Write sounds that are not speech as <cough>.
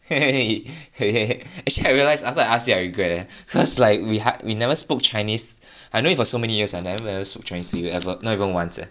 <laughs> actually I realised after I ask you I regret eh cause like we hard we never spoke chinese I know you for so many years and never ever spoke chinese to you ever not even once eh